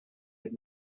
had